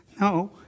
No